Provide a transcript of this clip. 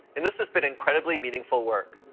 and this has been incredibly meaningful work.